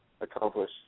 accomplish